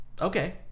okay